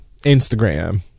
Instagram